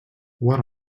what